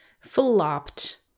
flopped